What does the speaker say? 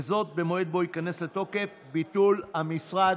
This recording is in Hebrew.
וזאת במועד שבו ייכנס לתוקף ביטול המשרד,